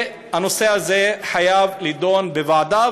הנושא הזה חייב להידון בוועדה,